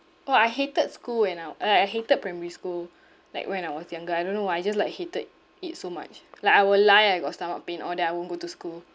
orh I hated school when I w~ uh uh I hated primary school like when I was younger I don't know why I just like hated it so much like I will lie I got stomach pain all then I won't go to school